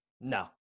no